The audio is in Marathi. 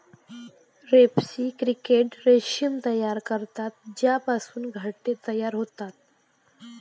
रेस्पी क्रिकेट रेशीम तयार करतात ज्यापासून घरटे तयार होतात